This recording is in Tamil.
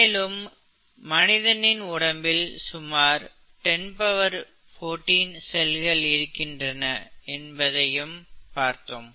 மேலும் மனிதனின் உடம்பில் சுமார் 1014 செல்கள் இருக்கின்றன என்பதையும் பார்த்தோம்